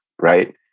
right